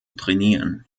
trainieren